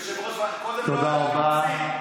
קודם לא ידעתי עברית,